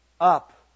up